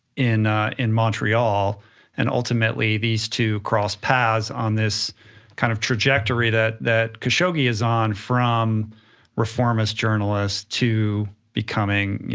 in in montreal and ultimately, these two cross paths on this kind of trajectory that that khashoggi is on from reformist journalist to becoming,